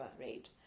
right